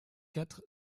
quatre